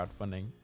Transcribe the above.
crowdfunding